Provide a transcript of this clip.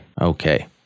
Okay